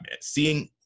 Seeing